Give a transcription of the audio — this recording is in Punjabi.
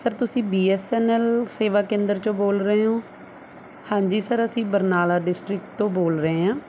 ਸਰ ਤੁਸੀਂ ਬੀ ਐਸ ਐਨ ਐਲ ਸੇਵਾ ਕੇਂਦਰ 'ਚੋਂ ਬੋਲ ਰਹੇ ਹੋ ਹਾਂਜੀ ਸਰ ਅਸੀਂ ਬਰਨਾਲਾ ਡਿਸਟਰਿਕਟ ਤੋਂ ਬੋਲ ਰਹੇ ਹਾਂ